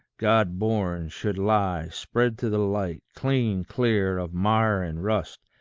god-born, should lie spread to the light, clean, clear of mire and rust,